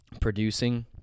producing